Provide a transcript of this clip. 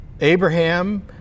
Abraham